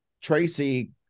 Tracy